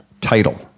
Title